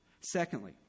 Secondly